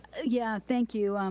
yeah, thank you.